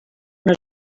una